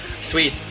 Sweet